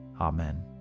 Amen